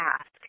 ask